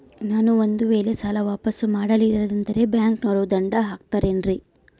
ನಾನು ಒಂದು ವೇಳೆ ಸಾಲ ವಾಪಾಸ್ಸು ಮಾಡಲಿಲ್ಲಂದ್ರೆ ಬ್ಯಾಂಕನೋರು ದಂಡ ಹಾಕತ್ತಾರೇನ್ರಿ?